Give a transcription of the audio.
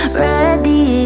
ready